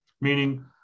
Meaning